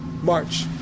march